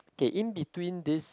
K in between this